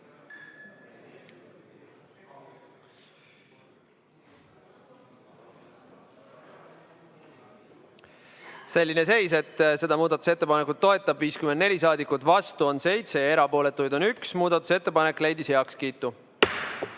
Selline seis, et seda muudatusettepanekut toetab 54 saadikut, vastu on 7 ja erapooletuid on 1. Muudatusettepanek leidis heakskiidu.